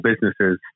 businesses